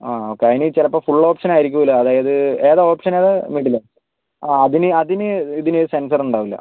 ആ ഓക്കെ അതിന് ചിലപ്പോൾ ഫുൾ ഓപ്ഷൻ ആയിരിക്കൂല അതായത് ഏതാ ഓപ്ഷൻ ഏതാ മിഡിലോ ആ അതിന് അതിന് ഇതിന് സെൻസർ ഉണ്ടാവുകേലാ